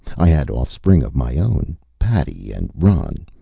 i had offspring of my own. patty and ron.